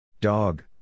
Dog